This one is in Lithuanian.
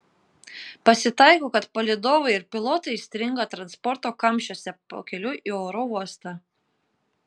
pasitaiko kad palydovai ir pilotai įstringa transporto kamščiuose pakeliui į oro uostą